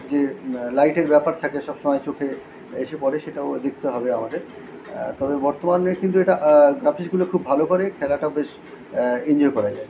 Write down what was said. যে লাইটের ব্যাপার থাকে সবসময় চোখে এসে পড়ে সেটাও দেখতে হবে আমাদের তবে বর্তমানে কিন্তু এটা গ্রাফিক্সগুলো খুব ভালো করে খেলাটা বেশ এনজয় করা যায়